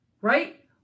right